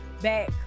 back